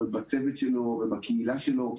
בצוות שלו ובקהילה שלו.